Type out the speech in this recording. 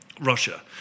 Russia